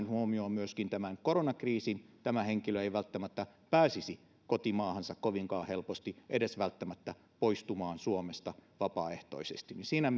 huomioon myöskin tämän koronakriisin tämä henkilö ei välttämättä pääsisi kotimaahansa kovinkaan helposti ei välttämättä edes poistumaan suomesta vapaaehtoisesti joten siinä